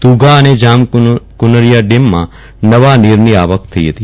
તુણા અને જામકુનરીયા ડેમમાં નવા નીરની આવક થઈ ફતી